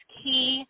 key